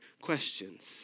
questions